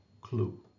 clue